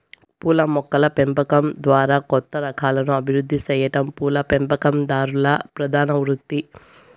పూల మొక్కల పెంపకం ద్వారా కొత్త రకాలను అభివృద్ది సెయ్యటం పూల పెంపకందారుల ప్రధాన వృత్తి